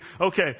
okay